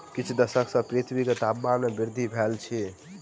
किछ दशक सॅ पृथ्वी के तापमान में वृद्धि भेल अछि